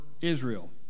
Israel